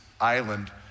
island